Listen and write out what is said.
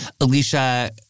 Alicia